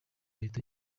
ahita